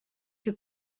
que